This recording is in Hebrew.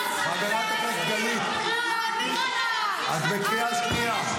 חברת הכנסת גלית, את בקריאה ראשונה.